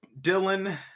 dylan